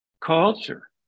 culture